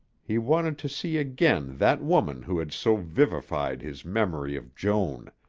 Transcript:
he wanted to see again that woman who had so vivified his memory of joan.